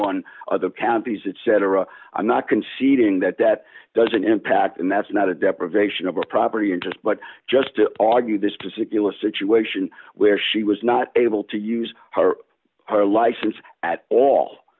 that cetera i'm not conceding that that doesn't impact and that's not a deprivation of her property interest but just to argue this to signal a situation where she was not able to use her her license at all